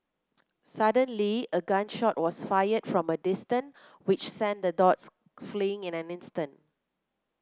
suddenly a gun shot was fired from a distance which sent the dogs fleeing in an instant